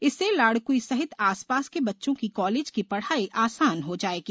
इससे लाड़कुई सहित आस पास के बच्चों की कॉलेज की पढ़ाई आसान हो जाएगी